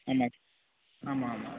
ஆமாம் சார் ஆமாம் ஆமாம் ஆமாம்